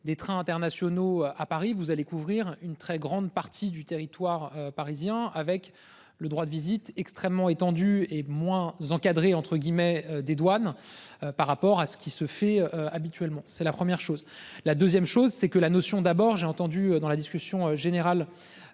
des trains internationaux à Paris vous allez couvrir une très grande partie du territoire parisien avec le droit de visite extrêmement étendue et moins encadré entre guillemets des douanes. Par rapport à ce qui se fait habituellement, c'est la première chose, la 2ème chose c'est que la notion d'abord j'ai entendu dans la discussion générale.